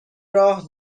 راه